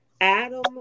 Adam